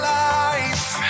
life